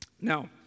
Now